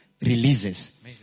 Releases